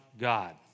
God